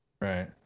Right